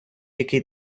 який